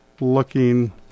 looking